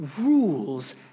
rules